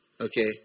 Okay